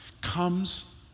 comes